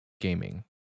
gaming